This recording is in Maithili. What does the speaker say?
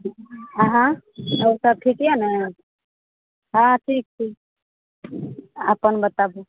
अहाँ आओर सब ठीक यऽ ने हँ ठीक छी अपन बताबू